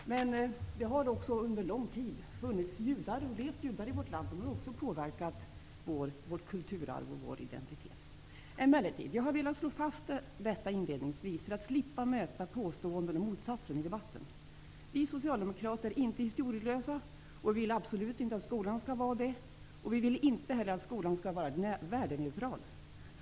Men det har också under lång tid funnits judar i vårt land, och de har ockå påverkat vårt kulturarv och vår identitet. Jag har inledningsvis velat slå fast detta för att slippa möta påståenden om motsatsen i debatten. Vi socialdemokrater är inte historielösa, och vi vill absolut inte att skolan skall vara det. Vi vill inte heller att skolan skall vara värdeneutral.